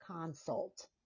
consult